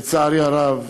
לצערי הרב,